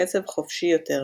קצב חופשי יותר,